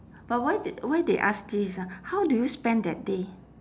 but why they why they ask this ah how do you spend that day